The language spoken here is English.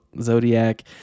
Zodiac